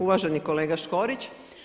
Uvaženi kolega Škorić.